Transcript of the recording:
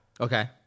Okay